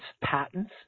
patents